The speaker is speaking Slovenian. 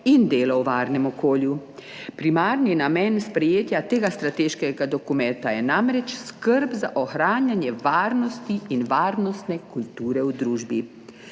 in delo v varnem okolju. Primarni namen sprejetja tega strateškega dokumenta je namreč skrb za ohranjanje varnosti in varnostne kulture v družbi.